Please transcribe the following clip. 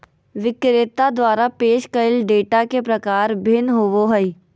विक्रेता द्वारा पेश कइल डेटा के प्रकार भिन्न होबो हइ